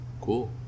Cool